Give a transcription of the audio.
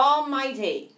Almighty